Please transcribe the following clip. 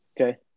Okay